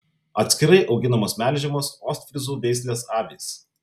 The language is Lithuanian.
atskirai auginamos melžiamos ostfryzų veislės avys